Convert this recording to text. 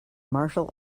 martial